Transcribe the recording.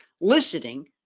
listening